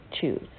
choose